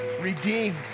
Redeemed